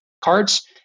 cards